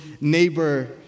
neighbor